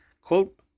quote